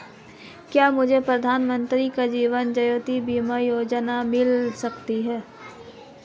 क्या मुझे प्रधानमंत्री जीवन ज्योति बीमा योजना मिल सकती है?